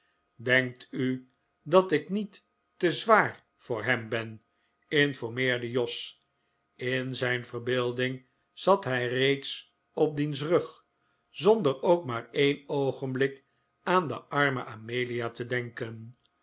denkt u dat ik niet te zwaar voor hem ben informeerde jos in zijn verbeelding zat hij reeds op diens rug zonder ook maar een oogenblik aan de arme amelia te denken